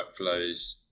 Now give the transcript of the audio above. workflows